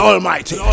Almighty